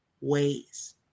ways